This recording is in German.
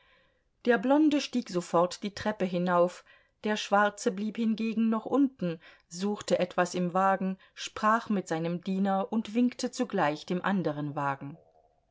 der blonde stieg sofort die treppe hinauf der schwarze blieb hingegen noch unten suchte etwas im wagen sprach mit seinem diener und winkte zugleich dem anderen wagen